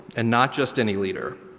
and not just any leader.